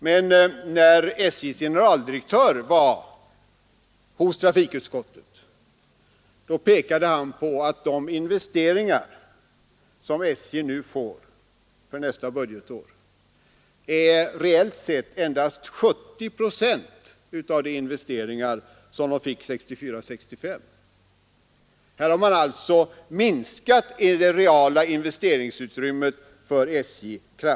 Men när SJ:s generaldirektör besökte trafikutskottet pekade han på att de investeringar som SJ nu föreslås få för nästa budgetår reellt sett endast är 70 procent av de investeringar som SJ beviljades 1964/65. Man har alltså kraftigt minskat det reala investeringsutrymmet för SJ.